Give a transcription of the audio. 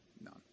None